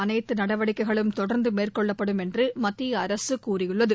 அனைத்து நடவடிக்கைகளும் தொடர்ந்து மேற்கொள்ளப்படும் என்று மத்திய அரசு கூறியுள்ளது